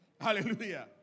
Hallelujah